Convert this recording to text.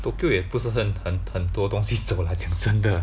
Tokyo 也不是很很很多东西走 lah 讲真的